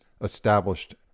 established